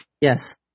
Yes